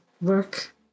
work